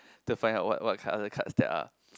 to find out what what card other cards there are